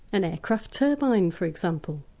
an aircraft turbine for example.